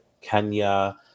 Kenya